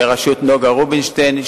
בראשות נגה רובינשטיין,